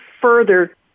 further